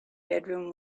bedroom